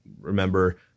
remember